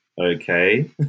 okay